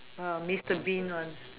mister bean one